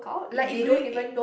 like if you it